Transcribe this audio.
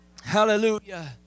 Hallelujah